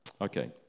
Okay